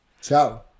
Ciao